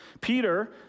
Peter